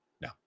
No